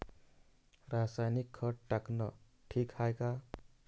रासायनिक खत टाकनं ठीक हाये का?